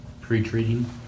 pre-treating